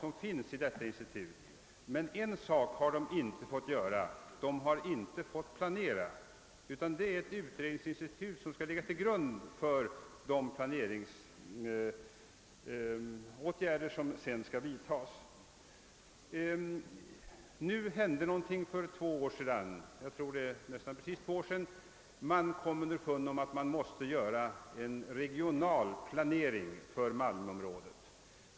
Men en sak har detta institut inte fått göra; det har inte fått planera, utan det är ett institut som skall göra utredningar, vilka skall ligga till grund för de planeringsåtgärder som skall vidtas. För ganska precis två år sedan hände någonting: man kom underfund med att man måste göra en regional planering för malmöområdet.